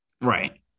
right